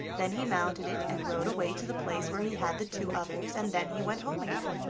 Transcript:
then he mounted it and rode away to the place where he had the two others, and then he went home again.